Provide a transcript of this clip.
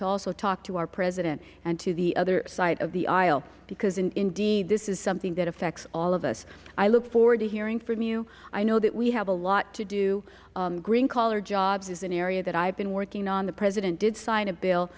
to also talk to our president and to the other side of the aisle because indeed this is something that affects all of us i look forward to hearing from you i know that we have a lot to do green collar jobs is an area that i've been working on the president did sign a bill